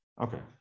Okay